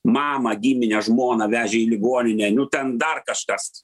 mamą giminę žmoną vežė į ligoninę nu ten dar kažkas